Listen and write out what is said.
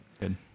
Good